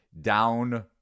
down